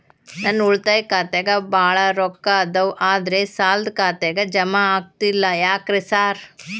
ನನ್ ಉಳಿತಾಯ ಖಾತ್ಯಾಗ ಬಾಳ್ ರೊಕ್ಕಾ ಅದಾವ ಆದ್ರೆ ಸಾಲ್ದ ಖಾತೆಗೆ ಜಮಾ ಆಗ್ತಿಲ್ಲ ಯಾಕ್ರೇ ಸಾರ್?